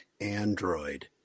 Android